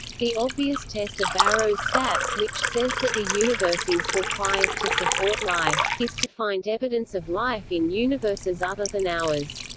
the obvious test of barrow's sap, which says that the universe is required to support life, is to find evidence of life in universes other than ours.